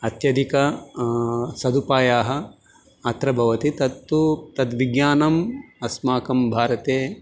अत्यधिक सदुपायाः अत्र भवन्ति तत्तु तद् विज्ञानम् अस्माकं भारते